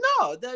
no